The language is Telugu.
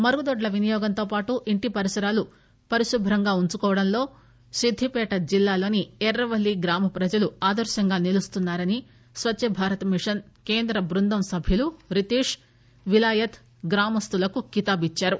మరుగుదోడ్ల వినియోగంతో పాటు ఇంటి పరిసరాలు శుభ్రంగా ఉంచుకోవడంలో సిద్ధిపేట జిల్లాలోని ఎర్రవల్లి గ్రామ ప్రజలు ఆదర్పంగా నిలుస్తున్నారని స్వచ్చభారత్ మిషన్ కేంద్ర బృందం సభ్యులు రితీష్ విలాయత్లు గ్రామస్లులకు కితాబు ఇచ్చారు